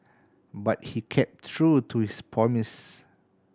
but he kept true to his promise